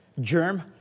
germ